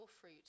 fruit